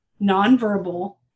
nonverbal